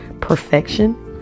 perfection